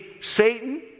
Satan